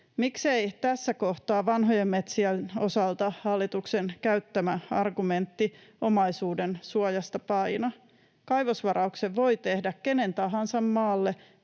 Miksei tässä kohtaa vanhojen metsien osalta hallituksen käyttämä argumentti omaisuudensuojasta paina? Kaivosvarauksen voi tehdä kenen tahansa maalle,